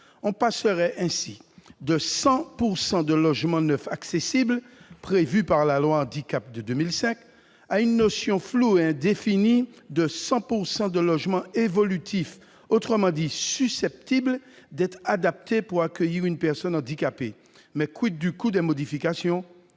On passerait ainsi de 100 % de logements neufs accessibles, comme le prévoyait la loi Handicap de 2005, à la notion floue et indéfinie de « 100 % de logements évolutifs », autrement dit de logements susceptibles d'être adaptés pour accueillir une personne handicapée. Mais du coût des modifications ?